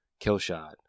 Killshot